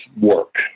work